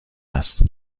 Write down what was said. است